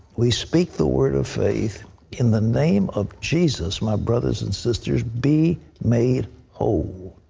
we speak the word of faith in the name of jesus, my brothers and sisters, be made whole.